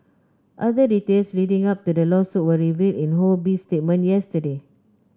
other details leading up to the lawsuit were revealed in Ho Bee's statement yesterday